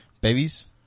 Babies